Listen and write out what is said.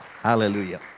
Hallelujah